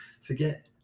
forget